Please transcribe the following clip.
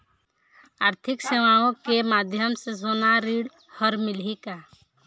आरथिक सेवाएँ के माध्यम से सोना ऋण हर मिलही का?